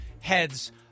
heads